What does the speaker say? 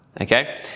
Okay